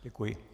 Děkuji.